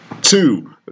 Two